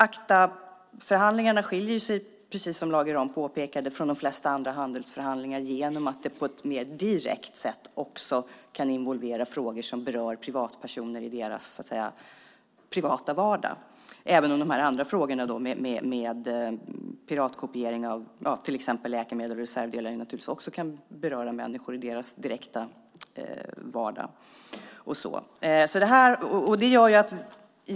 ACTA-förhandlingarna skiljer sig, precis som Lage Rahm påpekade, från de flesta andra handelsförhandlingar genom att de på ett mer direkt sätt också kan involvera frågor som berör privatpersoner i deras privata vardag, även om de andra frågorna om piratkopiering av till exempel läkemedel och reservdelar naturligtvis också kan beröra människor i deras direkta vardag.